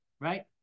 right